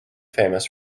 famous